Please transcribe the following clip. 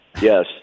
Yes